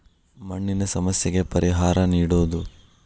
ಮಣ್ಣಿನ ಸಮಸ್ಯೆಗೆ ಪರಿಹಾರಾ ನೇಡುದು